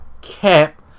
cap